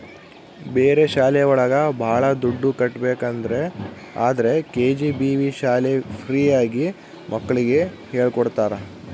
ಬೇರೆ ಶಾಲೆ ಒಳಗ ಭಾಳ ದುಡ್ಡು ಕಟ್ಬೇಕು ಆದ್ರೆ ಕೆ.ಜಿ.ಬಿ.ವಿ ಶಾಲೆ ಫ್ರೀ ಆಗಿ ಮಕ್ಳಿಗೆ ಹೇಳ್ಕೊಡ್ತರ